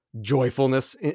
joyfulness